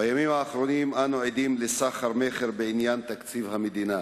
בימים האחרונים אנו עדים לסחר-מכר בעניין תקציב המדינה,